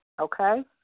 okay